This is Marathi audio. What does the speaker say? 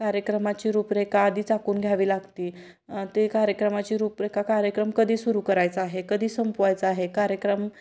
कार्यक्रमाची रूपरेखा आधीच आखून घ्यावी लागते ते कार्यक्रमाची रूपरेखा कार्यक्रम कधी सुरू करायचा आहे कधी संपवायचा आहे कार्यक्रम